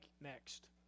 next